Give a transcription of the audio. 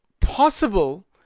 possible